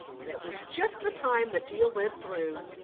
and it was just the time the deal went through.